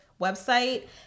website